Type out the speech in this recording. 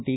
T